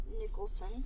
Nicholson